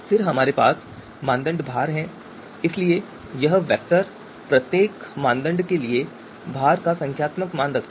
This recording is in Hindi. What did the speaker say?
फिर हमारे पास मानदंड भार हैं इसलिए यह वेक्टर प्रत्येक मानदंड के लिए भार का संख्यात्मक मान रखता है